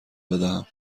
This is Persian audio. بدهم